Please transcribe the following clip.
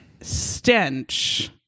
stench